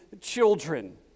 children